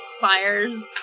fires